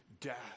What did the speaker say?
death